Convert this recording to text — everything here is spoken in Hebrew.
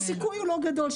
הסיכוי לא גדול,